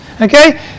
okay